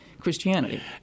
Christianity